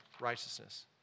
righteousness